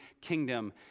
kingdom